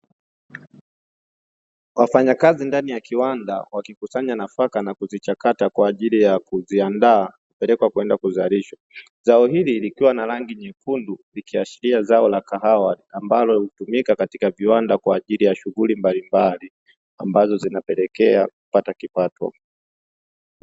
Wafanyakazi ndani ya kiwanda wakikusanya nafaka na kuzichakata, kwa ajili ya kuziandaa kupelekwa kwenda kuzaalishwa. Zao hili likiwa na rangi nyekundu likiashiria zao la kahawa ambalo hutumika katika viwanda, kwa ajili ya shughuli mbalimbali ambazo zinapelekea kupata kipato.